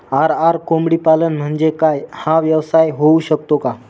RR कोंबडीपालन म्हणजे काय? हा व्यवसाय होऊ शकतो का?